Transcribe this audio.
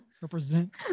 Represent